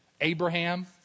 Abraham